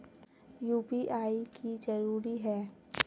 UPI की जरूरी है?